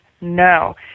No